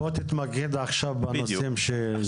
בוא תתמקד עכשיו בנושאים שעלו.